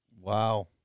Wow